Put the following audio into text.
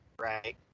right